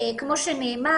כמו שנאמר,